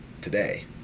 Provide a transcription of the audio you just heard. today